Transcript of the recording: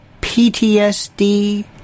PTSD